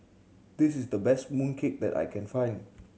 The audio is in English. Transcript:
this is the best mooncake that I can find